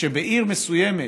כשבעיר מסוימת